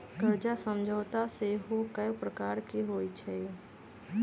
कर्जा समझौता सेहो कयगो प्रकार के होइ छइ